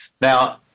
Now